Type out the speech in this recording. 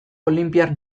olinpiar